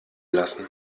lassen